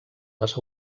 les